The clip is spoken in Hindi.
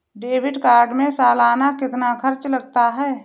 डेबिट कार्ड में सालाना कितना खर्च लगता है?